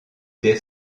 des